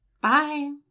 Bye